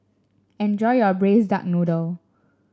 enjoy your Braised Duck Noodle